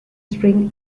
string